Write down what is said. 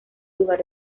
lugar